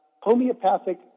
homeopathic